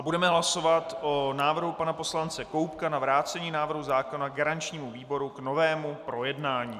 Budeme hlasovat o návrhu pana poslance Koubka na vrácení návrhu zákona garančnímu výboru k novému projednání.